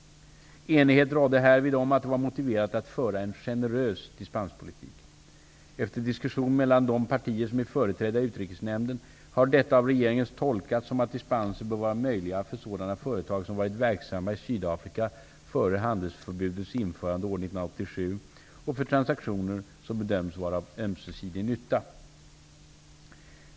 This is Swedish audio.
Enighet rådde härvid om att det var motiverat att föra en generös dispenspolitik. Efter diskussioner mellan de partier som är företrädda i Utrikesnämnden har detta av regeringen tolkats som att dispenser bör vara möjliga för sådana företag som varit verksamma i och för transaktioner som bedöms vara till ömsesidig nytta.